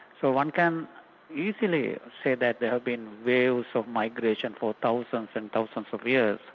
so one can easily say that there have been waves of migration for thousands and thousands of years,